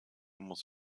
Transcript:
muss